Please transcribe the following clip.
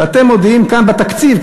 ואתם מודיעים כאן בתקציב,